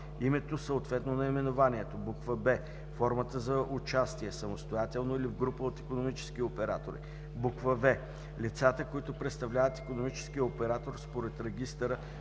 името, съответно наименованието; б) формата на участие – самостоятелно или в група от икономически оператори; в) лицата, които представляват икономическия оператор според регистъра,